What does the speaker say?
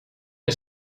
que